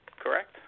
correct